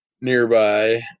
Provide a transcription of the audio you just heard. nearby